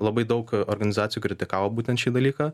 labai daug a organizacijų kritikavo būtent šį dalyką